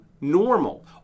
normal